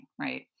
right